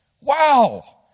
Wow